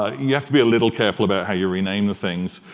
ah you have to be a little careful about how you rename the things.